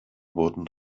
wurden